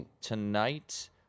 tonight